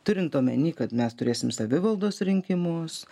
turint omeny kad mes turėsim savivaldos rinkimus